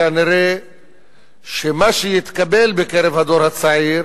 כנראה מה שיתקבל בקרב הדור הצעיר